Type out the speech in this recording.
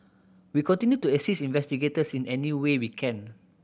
we continue to assist investigators in any way we can